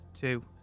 two